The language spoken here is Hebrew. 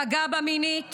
פגע בה מינית